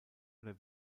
oder